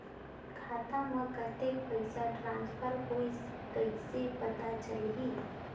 खाता म कतेक पइसा ट्रांसफर होईस कइसे पता चलही?